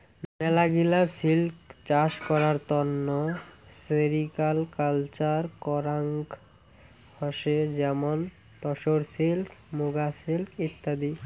মেলাগিলা সিল্ক চাষ করার তন্ন সেরিকালকালচার করাঙ হসে যেমন তসর সিল্ক, মুগা সিল্ক ইত্যাদি